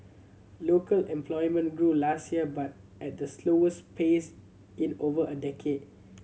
local employment grew last year but at the slowest pace in over a decade